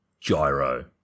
Gyro